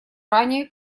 ранее